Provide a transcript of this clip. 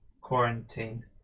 quarantine